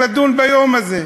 לדון ביום הזה.